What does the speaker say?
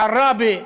בעראבה,